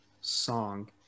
song